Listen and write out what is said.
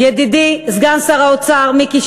ידידי סגן שר האוצר מיקי,